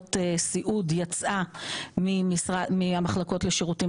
ועדות סיעוד יצאה מהמחלקות לשירותים